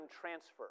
transfer